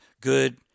good